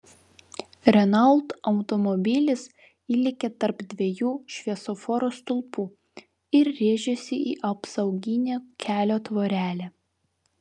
renault automobilis įlėkė tarp dviejų šviesoforo stulpų ir rėžėsi į apsauginę kelio tvorelę